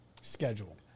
schedule